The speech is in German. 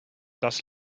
das